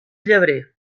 llebrer